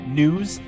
news